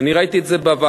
אני ראיתי את זה בוועדה,